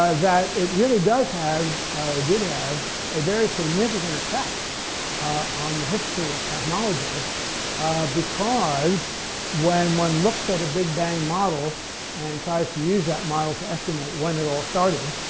ah that it really does have or did have a very significant effect on the history of cosmology because when one looks at a big bang model and tries to use that model to estimate when it all started,